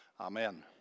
amen